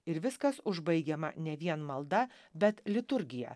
ir viskas užbaigiama ne vien malda bet liturgija